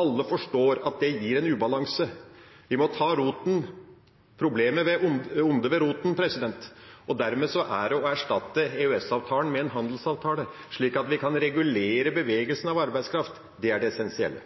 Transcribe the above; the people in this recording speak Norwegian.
Alle forstår at det gir en ubalanse. Vi må ta ondet ved roten, og dermed er det å erstatte EØS-avtalen med en handelsavtale, slik at vi kan regulere bevegelsene av arbeidskraft. Det er det essensielle.